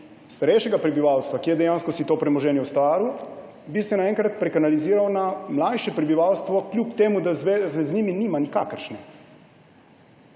starejšega prebivalstva, ki si je dejansko to premoženje ustvarilo, bi se naenkrat prekanaliziralo na mlajše prebivalstvo, kljub temu da zveze z njimi nima nikakršne,